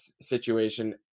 situation